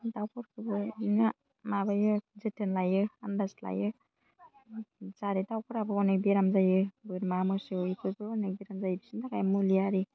दाउफोरखौबो बिदिनो माबायो जोथोन लायो आन्दाज लायो जाहाथे दाउफोराबो अनेग बेराम जायो बोरमा मोसौ बेफोरबो हनै बेराम जायो बिसिनि थाखाय मुलि आरि